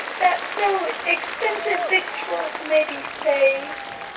that so expense of victuals may be saved.